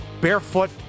Barefoot